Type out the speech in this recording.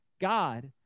God